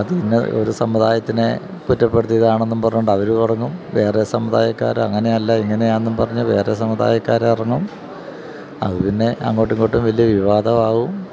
അതിലൊരു സമുദായത്തിനെ കുറ്റപ്പെടുത്തിയതാണെന്നും പറഞ്ഞുകൊണ്ട് അവര് തുടങ്ങും വേറെ സമുദായക്കാര് അങ്ങനെയല്ല ഇങ്ങനെയാണെന്നും പറഞ്ഞ് വേറെ സമുദായക്കാര് ഇറങ്ങും അതു പിന്നെ അങ്ങോട്ടുമിങ്ങോട്ടും വലിയ വിവാദമാകും